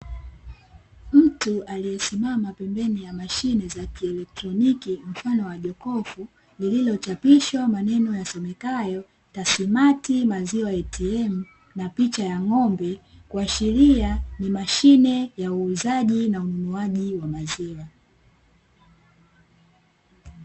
Mtu aliyesimama pembeni ya mashine za kieletroniki, mfano wa jokofu lililochapishwa maneno yasomekayo "Tassmatt maziwa ATM" na picha ya ng'ombe, kuashiria ni mashine ya uuzaji na ununuaji wa maziwa.